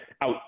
out